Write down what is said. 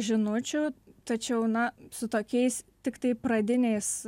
žinučių tačiau na su tokiais tiktai pradiniais